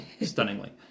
stunningly